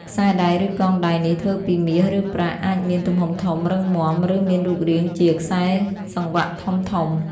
ខ្សែដៃឬកងដៃនេះ ធ្វើពី មាស ឬប្រាក់ អាចមាន ទំហំធំ រឹងមាំ ឬមានរូបរាងជា ខ្សែសង្វាក់ធំៗ។